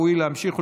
בעד, 20,